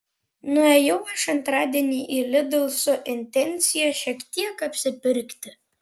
nuėjau aš antradienį į lidl su intencija šiek tiek apsipirkti